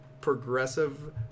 progressive